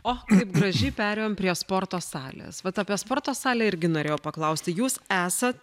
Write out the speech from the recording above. o gražiai perėjom prie sporto salės vat apie sporto salę irgi norėjau paklausti jūs esat